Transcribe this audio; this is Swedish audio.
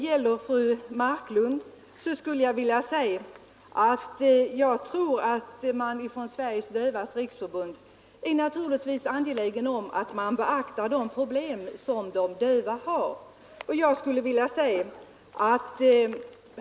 Till fru Marklund skulle jag vilja säga att man i Sveriges dövas riksförbund naturligtvis är angelägen om att de dövas problem beaktas.